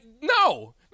No